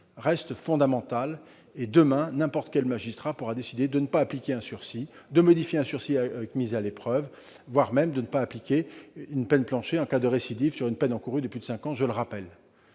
principe fondamental. Demain, n'importe quel magistrat pourra décider de ne pas appliquer un sursis, de modifier un sursis avec mise à l'épreuve, voire de ne pas appliquer une peine plancher en cas de récidive pour une peine encourue de plus de cinq ans. C'est essentiel.